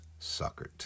suckered